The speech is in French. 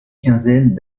quinzaine